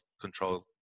control